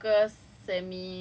ya like it's a